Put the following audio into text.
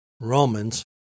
Romans